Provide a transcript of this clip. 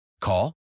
Call